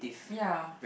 ya